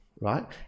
right